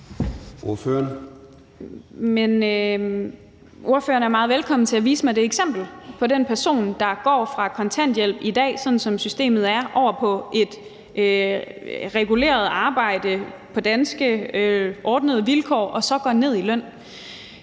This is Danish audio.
Ordføreren er meget velkommen til at vise mig et eksempel på en person, der går fra kontanthjælp, sådan som systemet er i dag, og over på et arbejde på ordnede danske vilkår og så går ned i løn.